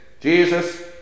Jesus